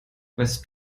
weißt